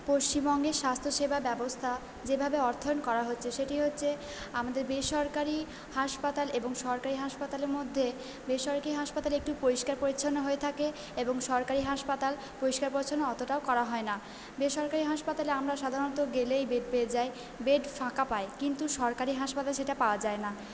পশ্চিমবঙ্গে স্বাস্থ্যসেবা ব্যবস্থা যেভাবে অর্থায়ন করা হচ্ছে সেটি হচ্ছে আমাদের বেসরকারি হাসপাতাল এবং সরকারি হাসপাতালের মধ্যে বেসরকারি হাসপাতালে একটু পরিষ্কার পরিচ্ছন্ন হয়ে থাকে এবং সরকারি হাসপাতাল পরিষ্কার পরিচ্ছন্ন অতোটাও করা হয় না বেসরকারি হাসপাতালে আমরা সাধারণত গেলেই বেড পেয়ে যাই বেড ফাঁকা পাই কিন্তু সরকারি হাসপাতালে সেটা পাওয়া যায় না